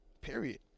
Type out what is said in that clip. period